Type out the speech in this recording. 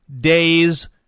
days